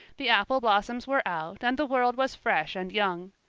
the apple blossoms were out and the world was fresh and young.